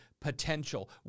potential